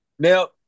Now